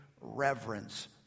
reverence